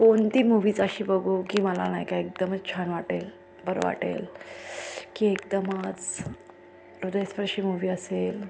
कोणती मूवीज अशी बघू की मला नाही का एकदमच छान वाटेल बरं वाटेल की एकदमच हृदयस्पर्शी मूव्ही असेल